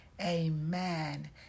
amen